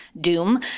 doom